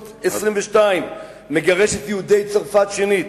1322, מגרש את יהודי צרפת שנית.